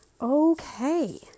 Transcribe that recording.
Okay